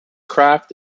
craft